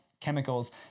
chemicals